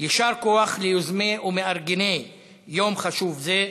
יישר כוח ליוזמים ולמארגנים של יום חשוב זה.